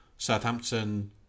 Southampton